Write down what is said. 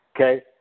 okay